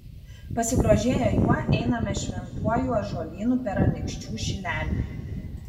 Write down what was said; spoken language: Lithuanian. pasigrožėję juo einame šventuoju ąžuolynu per anykščių šilelį